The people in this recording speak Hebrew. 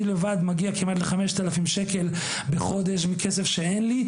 אני לבד מגיע לכמעט 5000 שקל בחודש מכסף שאין לי,